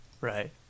Right